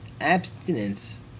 abstinence